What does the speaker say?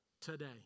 today